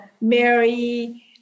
Mary